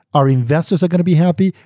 our investors are going to be happy,